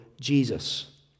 Jesus